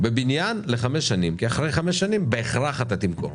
בבניין ל-5 שנים כי אחרי 5 שנים בהכרח אתה תמכור,